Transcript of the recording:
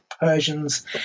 Persians